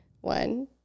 One